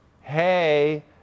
hey